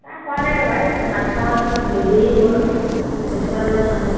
আ খোৱা নাই ৰ'বা এই ভাত খোৱাত দেৰী হ'ল সেইটো কাৰণে খোৱা নাই